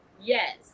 yes